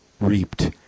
reaped